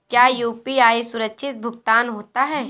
क्या यू.पी.आई सुरक्षित भुगतान होता है?